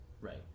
Right